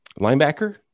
Linebacker